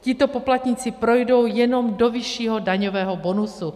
Tito poplatníci projdou jenom do vyššího daňového bonusu.